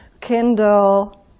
Kindle